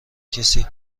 کسی